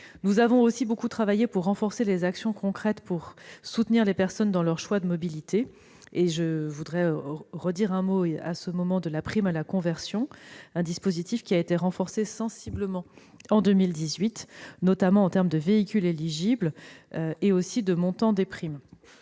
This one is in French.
Nous avons aussi beaucoup travaillé pour renforcer les actions concrètes et soutenir les personnes dans leur choix de mobilité. Je veux à cet égard redire un mot de la prime à la conversion, dispositif qui a été sensiblement renforcé en 2018, notamment au travers des véhicules éligibles et du montant des primes.